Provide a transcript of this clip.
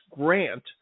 grant